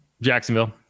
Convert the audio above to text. Jacksonville